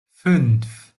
fünf